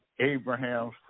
Abraham's